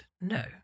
No